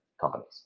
companies